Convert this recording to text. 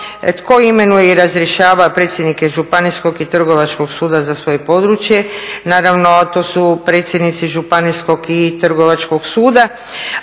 tko imenuje i razrješava predsjednike županijskog i trgovačkog suda za svoje područje. Naravno to su predsjednici županijskog i trgovačkog suda,